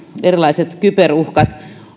erilaiset kyberuhkat